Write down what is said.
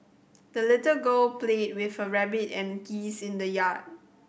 the little girl played with her rabbit and geese in the yard